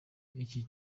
iki